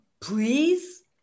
Please